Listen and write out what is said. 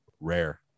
rare